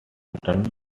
turned